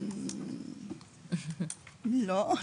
לא.